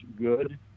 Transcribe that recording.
good